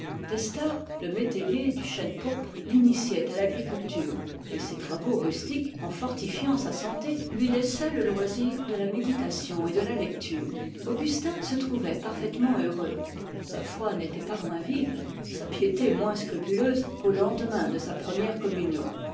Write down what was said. testard le métayer du chêne pourpre l'initiait à l'agriculture et ces travaux rustiques en fortifiant sa santé lui laissaient le loisir de la méditation et de la lecture augustin se trouvait parfaitement heureux sa foi n'était pas moins vive sa piété moins scrupuleuse qu'au lendemain de sa première communion